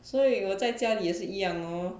所以我在家里也是一样 lor